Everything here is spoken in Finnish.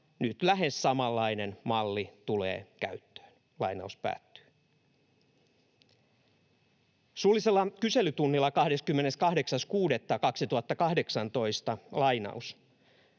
nyt lähes samanlainen malli tulee käyttöön.” Suullisella kyselytunnilla 28.6.2018: ”Ja